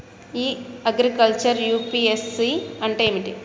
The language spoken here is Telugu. ఇ అగ్రికల్చర్ యూ.పి.ఎస్.సి అంటే ఏమిటి?